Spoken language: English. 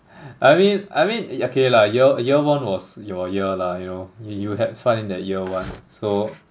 I mean I mean okay lah year year one was your year lah you know you had fun in that year one so